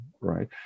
right